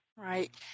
Right